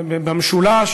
במשולש